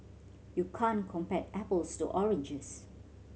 you can't compare apples to oranges